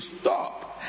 stop